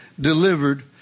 delivered